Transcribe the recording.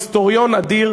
היסטוריון אדיר,